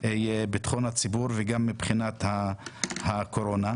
ביטחון הציבור, וגם מבחינת הקורונה.